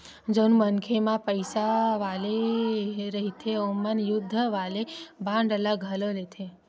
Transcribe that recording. जउन मनखे मन पइसा वाले रहिथे ओमन युद्ध वाले बांड ल घलो लेथे